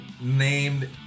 named